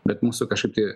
bet mūsų kažkaip tai